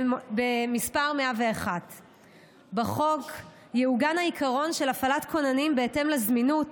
במספר 101. בחוק יעוגן העיקרון של הפעלת כוננים בהתאם לזמינות,